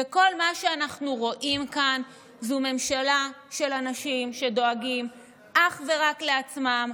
וכל מה שאנחנו רואים כאן זו ממשלה של אנשים שדואגים אך ורק לעצמם,